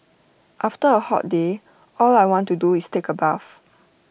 after A hot day all I want to do is take A bath